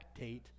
spectate